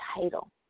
title